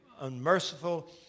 unmerciful